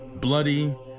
bloody